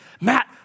Matt